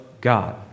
God